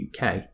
UK